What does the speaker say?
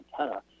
antenna